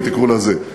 אם תקראו לזה,